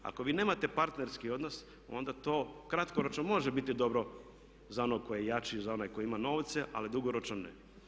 Ako vi nemate partnerski odnos onda to kratkoročno može biti dobro za onog tko je jači, za onog koji ima novce ali dugoročno ne.